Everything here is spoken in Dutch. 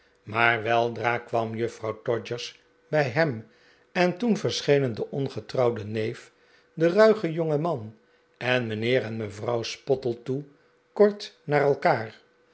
maar weldra kwam juffrouw todgers bij hem en toen verschenen de ongetrouwde neef de ruige jongeman en mijnheer en mevrouw spottletoe kort na elkaar